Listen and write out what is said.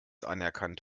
anerkannt